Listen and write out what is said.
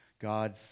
God